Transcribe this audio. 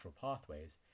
pathways